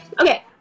okay